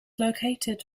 located